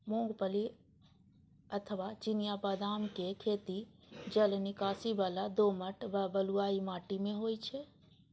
मूंगफली अथवा चिनिया बदामक खेती जलनिकासी बला दोमट व बलुई माटि मे होइ छै